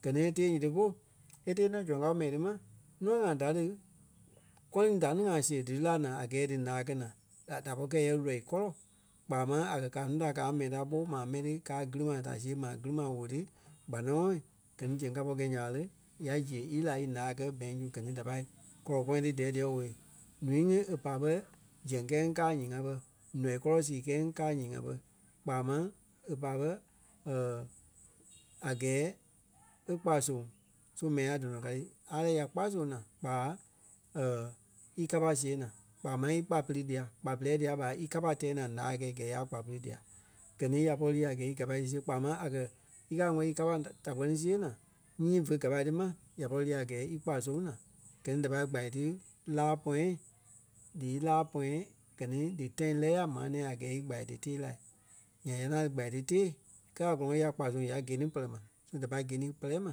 Gɛ ni e tée nyiti polu e tée nɔ zoŋ kao mɛni ti ma nûa ŋai da li kɔliŋ da ni ŋai siɣe dí lí la naa a gɛɛ dí ǹaa kɛ́ naa da- da pɔri kɛ̂i yɛ lɔii kɔ́lɔ kpaa máŋ a kɛ̀ ka núu da kaa mɛni ta ɓó ma mɛni ti kaa gili ma da siɣe ma gili ma woo ti kpanaŋɔɔ. Gɛ ni zɛŋ ka pɔri gɛ̂i nya ɓa le ya ziɣe ílí la í ǹaa kɛ bank su gɛ ni da pâi kɔlɔ pɔ̃yɛ dí dɛɛ díyɛ owei ǹúui ŋí e pai ɓé zɛŋ kɛɛ ŋí káa ǹyee-ŋa ɓé, nɔii kɔlɔ sii kɛɛ ŋí káa ǹyee-ŋa bɛ kpaa máŋ e pai ɓé a gɛɛ e kpa soŋ so mɛni ŋai tɔnɔ ka ti. A lɛɛ ya kpà zoŋ naa kpaa í kapa siɣe naa kpaa máŋ í kpa pili dia, kpa piliɛɛ dia ɓa í kapa tɛɛ naa ǹaa kɛi kɛɛ ya kpa pili dia. Gɛ ni ya pɔri lii a gɛɛ í gapai ti siɣe kpaa máŋ a kɛ̀ í káa wɛli í kapa da kpɛ́ni siɣe naa nyii fé gapai ti ma ya pɔri lii a gɛɛ í kpa soŋ naa. Gɛ ni da pâi gba ti láa pɔ̃yɛ dí ílaa pɔ̃yɛ gɛ ni dí tãi lɛ́ ya maa nɛ̃ɛ a gɛɛ í gba ti tée la. Nyaŋ ya ŋaŋ gba ti tée kaa a gɔ́lɔŋɔɔ ya kpa soŋ ya gine pɛlɛ ma. So da pâi gine pɛlɛɛ ma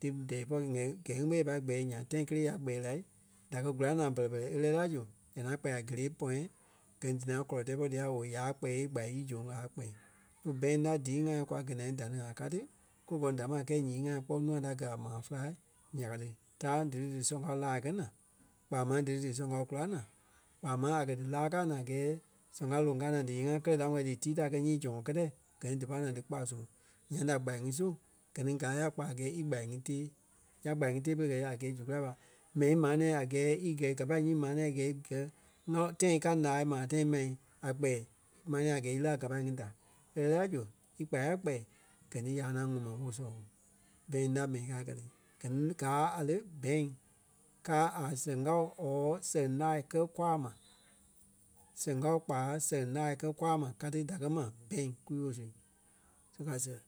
dí dɛɛ ípɔ nyɛɛ gɛɛ ŋí ɓé ya pai kpɛɛ nyaŋ tãi kélee ya kpɛɛ lai da kɛ kula naa e lɛ́ɛ la zu da ŋaŋ kpɛɛ a gélee pɔ̃yɛ gɛ dí naa kɔlɔ tɛɛ ípɔ díyɛ owei ya kpɛɛ gba ízoŋ a kpɛɛ. So bank la díi ŋai kwa gɛ́ naa da ni ŋai kaa ti ku gɔlɔŋ damaa kɛ̀i nyii ŋai kpɔ́ nûa da gɛ́ a maa féla ya ka ti. Taaŋ dí lí dí soŋ kao láa kɛ naa, kpaa máŋ dí lí dí soŋ kao kula naa, kpaa máŋ a kɛ̀ dílaa káa naa a gɛɛ soŋ kao loŋ kaa naa díyee-ŋa kɛlɛ da wɛli dí tii ta kɛ́ nyii zɔ̃ŋ kɛtɛi gɛ ni dí pai naa dí kpa soŋ. Nyaŋ da kpa ŋí soŋ, gɛ ni gáa ya a kpa a gɛɛ í gba ŋí tée. Ya gba ŋí tée pere kɛ̀ le a gɛɛ zu kulai ɓa mɛni maa nɛ̃ɛ a gɛɛ í gɛ̀i kapa nyii maa nɛ̃ɛ í gɛi ɣaloŋ- tãi í kaa ǹaa maa tãi mɛi a kpɛɛ maa nɛ̃ɛ a gɛɛ í lí a gapai ŋí da e lɛ́ɛ la zu í kpa a kpɛɛ gɛ ni ya ŋaŋ ŋuŋ ma ɓo sɔlɔ ɓo bank la mɛni ŋai ka ti. Gɛ ni gáa a le, bank káa a soŋ kao or sɛŋ laa kɛ́ kwaa ma. Sɛŋ kao kpaa sɛŋ laa kɛ kwaa ma kaa ti díkɛ ma bank kwii-woo su. So ka sɛɣɛ